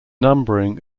numbering